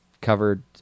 covered